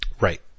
Right